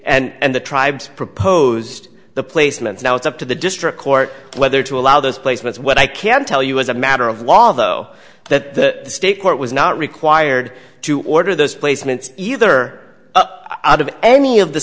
the tribes proposed the placements now it's up to the district court whether to allow those placements what i can tell you as a matter of law though that the state court was not required to order those placements either out of any of the